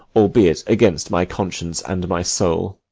albeit against my conscience and my soul.